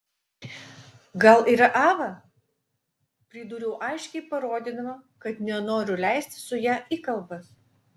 gal yra ava pridūriau aiškiai parodydama kad nenoriu leistis su ja į kalbas